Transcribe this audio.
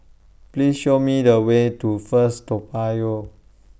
Please Show Me The Way to First Toa Payoh